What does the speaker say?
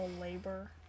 labor